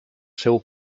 seu